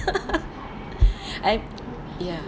I ya